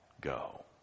go